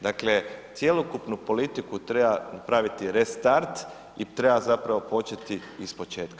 Dakle, cjelokupnu politiku treba napraviti restart i treba zapravo početi iz početka.